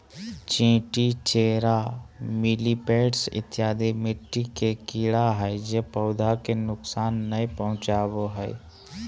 चींटी, चेरा, मिलिपैड्स इत्यादि मिट्टी के कीड़ा हय जे पौधा के नुकसान नय पहुंचाबो हय